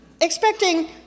expecting